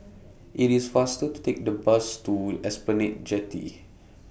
IT IS faster to Take The Bus to Esplanade Jetty